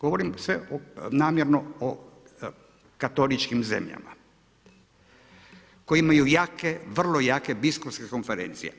Govorim sve namjerno o katoličkim zemljama koje imaju jake, vrlo jake biskupske konferencije.